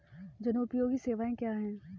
जनोपयोगी सेवाएँ क्या हैं?